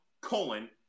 Colon